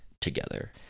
together